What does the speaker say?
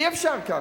אי-אפשר כך.